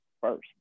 first